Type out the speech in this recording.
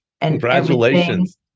Congratulations